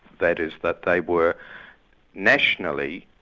that is that they were nationally,